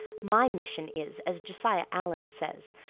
my mission is, as josiah allen says,